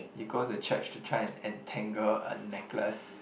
you go to church to try and untangle a necklace